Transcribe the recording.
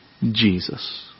Jesus